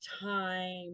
time